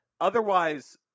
otherwise